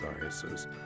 diocese